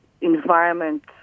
environment